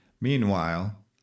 Meanwhile